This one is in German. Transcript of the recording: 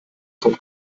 von